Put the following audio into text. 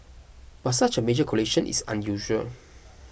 but such a major collision is unusual